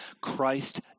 Christ